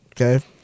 Okay